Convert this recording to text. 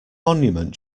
monument